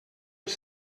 els